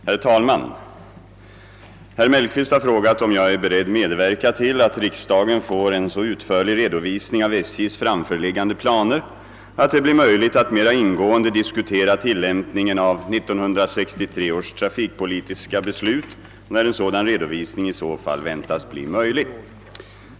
Herr talman! Herr Mellqvist har frågat om jag är beredd medverka till att riksdagen får en så utförlig redovisning av SJ:s framförliggande planer, att det blir möjligt att mera ingående diskutera tillämpningen av 1963 års trafikpolitiska beslut och när en sådan redovisning i så fall väntas bli möjlig.